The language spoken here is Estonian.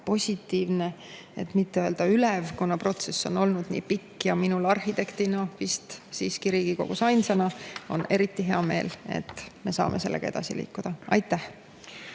positiivne, et mitte öelda ülev, kuna protsess on olnud nii pikk. Ja minul arhitektina, vist Riigikogus ainsana, on eriti hea meel, et me saame sellega edasi liikuda. Aitäh!